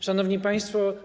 Szanowni Państwo!